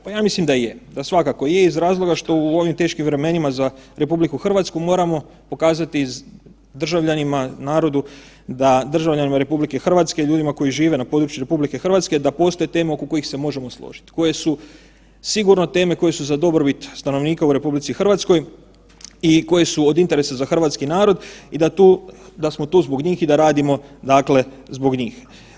Pa ja mislim da je, da svakako je iz razloga što u ovim teškim vremenima za RH moramo pokazati državljanima, narodu da, državljanima RH, ljudima koji žive na području RH da postoje teme oko kojih se možemo složit, koje su sigurno teme koje su za dobrobit stanovnika u RH i koje su od interesa za hrvatski narod i da smo tu zbog njih i da radimo, dakle zbog njih.